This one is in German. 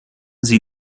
sie